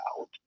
out